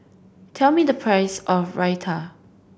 tell me the price of Raita